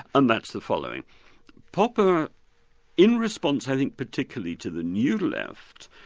and that's the following popper in response i think particularly to the new left,